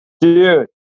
Dude